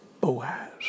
Boaz